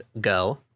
go